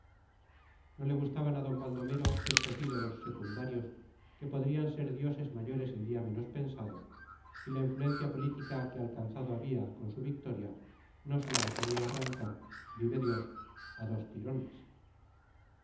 no le gustaban a d baldomero estos ídolos secundarios que podrían ser dioses mayores el día menos pensado y la influencia política que alcanzado había con su victoria no se la dejaría arrancar vive dios a dos tirones